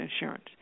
insurance